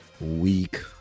week